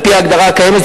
על-פי ההגדרה הקיימת,